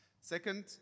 Second